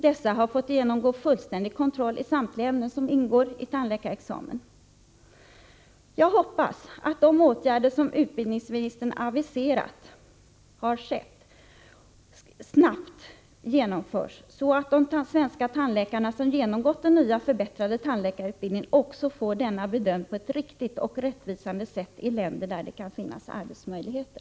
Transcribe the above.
Dessa har fått genomgå fullständig kontroll i samtliga ämnen som ingår i tandläkarexamen. Jag hoppas att de åtgärder som utbildningsministern aviserat nu snabbt blir genomförda så att de svenska tandläkare som genomgått den nya förbättrade tandläkarutbildningen också får denna bedömd på ett riktigt och rättvisande sätt i länder, där det kan finnas arbetsmöjligheter.